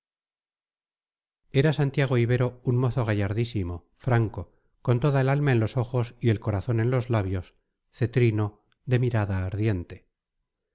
era santiago ibero un mozo gallardísimo franco con toda el alma en los ojos y el corazón en los labios cetrino de mirada ardiente